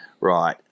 right